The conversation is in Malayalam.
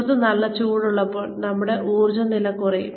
പുറത്ത് നല്ല ചൂടുള്ളപ്പോൾ നമ്മുടെ ഊർജനില കുറയും